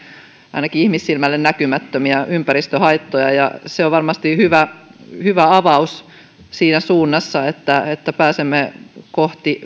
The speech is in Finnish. ainakin ihmissilmälle näkymättömiä ympäristöhaittoja ja se on varmasti hyvä hyvä avaus siinä suunnassa että että pääsemme kohti